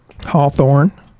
Hawthorne